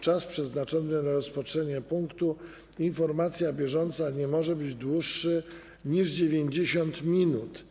Czas przeznaczony na rozpatrzenie punktu: Informacja bieżąca nie może być dłuższy niż 90 minut.